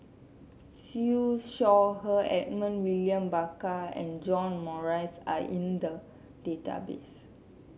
Siew Shaw Her Edmund William Barker and John Morrice are in the database